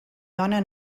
dona